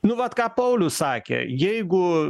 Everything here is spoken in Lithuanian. nu vat ką paulius sakė jeigu